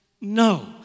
no